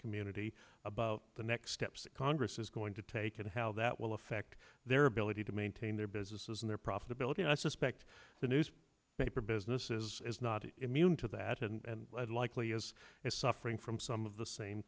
community about the next steps that congress is going to take and how that will affect their ability to maintain their businesses and their profitability and i suspect the news paper businesses is not immune to that and likely is suffering from some of the same